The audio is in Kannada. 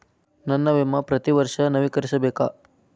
ನನ್ನ ವಿಮಾ ಪ್ರತಿ ವರ್ಷಾ ನವೇಕರಿಸಬೇಕಾ?